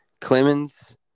Clemens